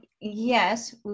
yes